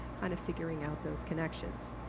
kind of figuring out those connections.